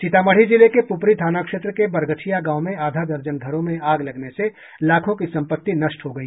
सीतामढ़ी जिले के पूपरी थाना छेत्र के बरगछिया गांव में आधा दर्जन घरों में आग लगने से लाखो की सम्पत्ति नष्ट हो गई